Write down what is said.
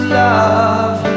love